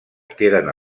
queden